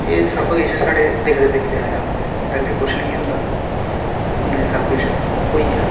एह् सब किश साढ़े दिक्खदे दिक्खदे आया पैह्ले कुछ नि ही होंदा हुन एह् सब किश होइया